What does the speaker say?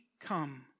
come